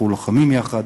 אנחנו לוחמים יחד,